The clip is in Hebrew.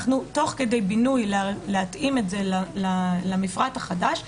תוך כדי בינוי להתאים את זה למפרט החדש,